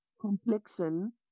complexion